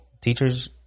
teachers